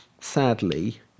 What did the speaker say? sadly